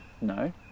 No